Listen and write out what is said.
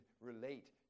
relate